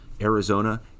Arizona